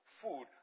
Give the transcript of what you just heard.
food